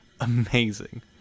amazing